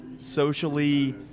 socially